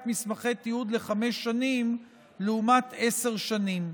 מסמכי תיעוד לחמש שנים לעומת עשר שנים.